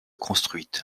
construite